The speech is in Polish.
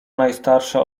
najstarsza